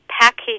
package